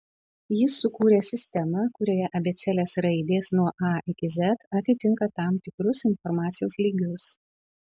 jis sukūrė sistemą kurioje abėcėlės raidės nuo a iki z atitinka tam tikrus informacijos lygius